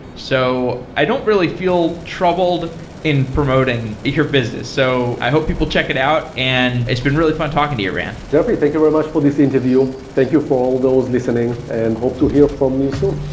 so i don't really feel troubled in promoting your business. so i hope people check it out, and it's been really fun talking to you, ran jeffrey, thank you very much for this interview. thank you for all those listening and hope to hear from you soon